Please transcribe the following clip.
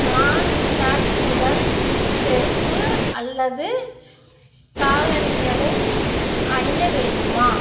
நான் சாக்ஸுடன் செருப்பு அல்லது காலணிகளை அணிய வேண்டுமா